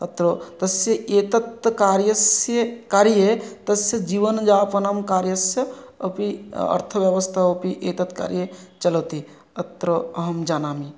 तत्र तस्य एतत् कार्यस्य कार्ये तस्य जीवनयापनं कार्यस्य अपि अर्थव्यवस्था अपि एतत् कार्ये चलति अत्र अहं जानामि